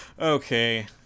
okay